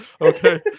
Okay